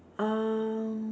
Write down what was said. um